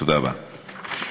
תודה רבה.